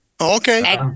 Okay